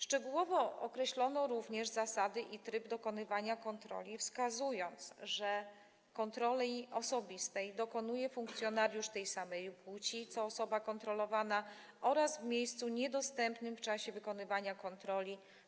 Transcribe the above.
Szczegółowo określono również zasady i tryb dokonywania kontroli, wskazując, że kontroli osobistej dokonuje funkcjonariusz tej samej płci co osoba kontrolowana oraz w miejscu niedostępnym dla osób postronnych w czasie wykonywania kontroli.